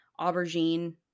aubergine